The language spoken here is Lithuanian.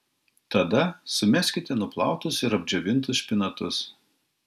tada sumeskite nuplautus ir apdžiovintus špinatus